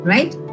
Right